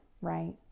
right